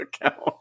account